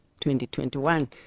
2021